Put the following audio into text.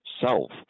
self